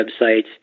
websites